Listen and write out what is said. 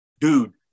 Dude